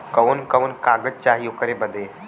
कवन कवन कागज चाही ओकर बदे?